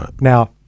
now